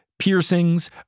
piercings